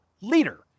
leader